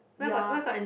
your